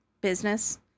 business